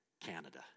Canada